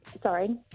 sorry